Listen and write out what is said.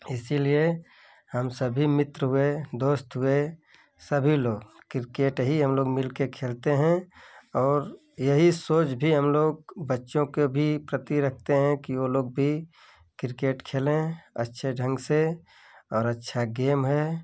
इसलिए हम सभी मित्र हुए दोस्त हुए सभी लोग किरकेट ही हम लोग मिल कर खेलते हें और यही सोच भी हम लोग बच्चों को भी प्रति रखते हें की वो भी लोग भी किरकेट खेलें अच्छे ढंग से और अच्छा गेम है